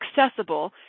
accessible